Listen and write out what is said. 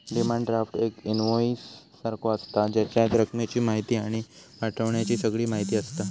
demand draft एक invoice सारखो आसता, जेच्यात रकमेची म्हायती आणि पाठवण्याची सगळी म्हायती आसता